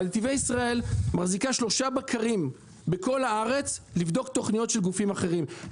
אבל היא מחזיקה 3 בקרים בכל הארץ לבדוק תוכניות של גופים אחרים.